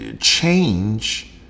change